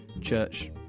church